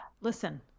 Listen